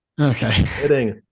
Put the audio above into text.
Okay